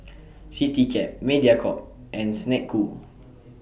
Citycab Mediacorp and Snek Ku